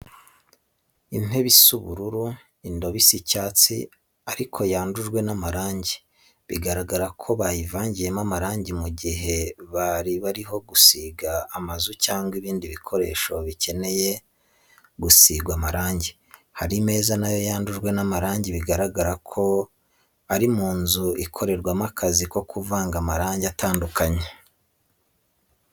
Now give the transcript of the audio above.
Intebe isa ubururu, indobo isa icyatsi ariko yandujwe n'amarangi, bigaragara ko bayivangiramo amarangi mu gihe bari gusiga amazu cyangwa ibindi bikoresho bikenewe mu gusiga amarangi, hari imeza na yo yandujwe n'amarangi, biragaragara ko ari mu nzu ikorerwamo akazi ko kuvanga amarangi atandukanye.